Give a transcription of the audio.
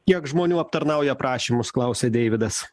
kiek žmonių aptarnauja prašymus klausia deividas